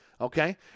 okay